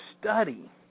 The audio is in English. study